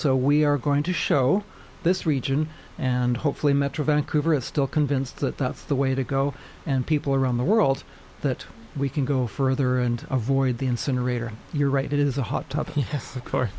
so we are going to show this region and hopefully metro vancouver is still convinced that that's the way to go and people around the world that we can go further and avoid the incinerator you're right it is a hot t